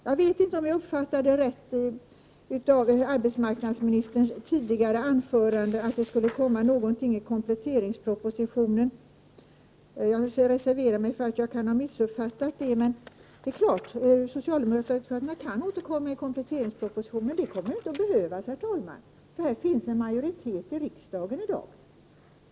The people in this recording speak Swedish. Jag vet inte om jag uppfattade arbetsmarknadsministerns tidigare anförande rätt och att hon menade att det skulle komma någonting om detta i kompletteringspropositionen. Jag reserverar mig för att jag kan ha missuppfattat saken. Det är klart att socialdemokraterna kan återkomma i kompletteringspropositionen. Men det kommer inte att behövas, herr talman, för härvidlag finns en majoritet i riksdagen i dag.